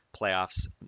playoffs